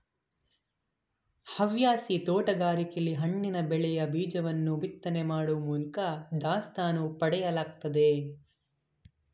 ಹವ್ಯಾಸಿ ತೋಟಗಾರಿಕೆಲಿ ಹಣ್ಣಿನ ಬೆಳೆಯ ಬೀಜವನ್ನು ಬಿತ್ತನೆ ಮಾಡೋ ಮೂಲ್ಕ ದಾಸ್ತಾನು ಪಡೆಯಲಾಗ್ತದೆ